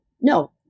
no